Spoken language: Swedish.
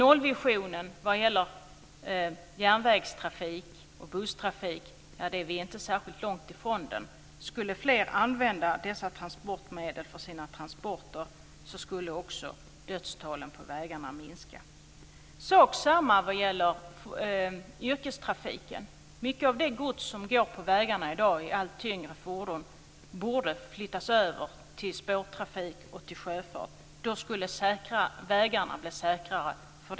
När det gäller järnvägs och busstrafik är vi inte särskilt långt ifrån nollvisionen. Skulle fler använda dessa transportmedel för sina transporter skulle också dödstalen på vägarna minska. Samma sak gäller för yrkestrafiken. Mycket av det gods som går på vägarna i dag i allt tyngre fordon borde flyttas över till spårtrafik och sjöfart.